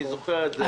אני זוכר את זה היטב.